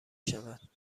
شود